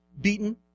beaten